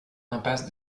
impasse